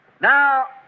Now